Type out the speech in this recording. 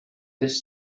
this